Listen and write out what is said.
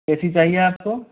ए C चाहिए आप को